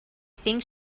think